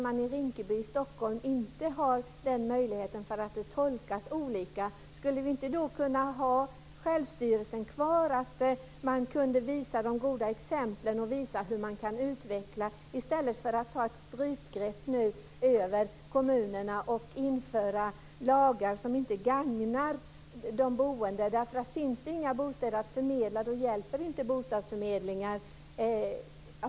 I Rinkeby i Stockholm har man inte den möjligheten, eftersom det här tolkas olika. Skulle vi inte kunna ha självstyrelsen kvar och visa de goda exemplen och hur man kan utveckla det här i stället för att nu ta ett strypgrepp på kommunerna och införa lagar som inte gagnar de boende? Om det inte finns några bostäder att förmedla hjälper ju inte bostadsförmedlingar.